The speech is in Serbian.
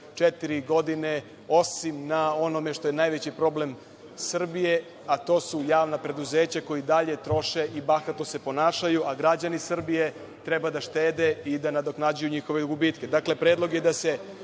četiri godine osim na onome što je najveći problem Srbije, a to su javna preduzeća koja i dalje troše i bahato se ponašaju, a građani Srbije treba da štede i da nadoknađuju njihove gubitke.